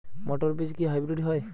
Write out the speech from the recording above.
মটর বীজ কি হাইব্রিড হয়?